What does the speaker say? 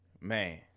Man